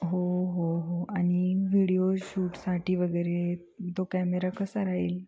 हो हो हो आणि व्हिडिओ शूटसाठी वगैरे तो कॅमेरा कसा राहील